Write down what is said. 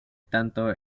tanto